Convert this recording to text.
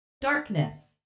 darkness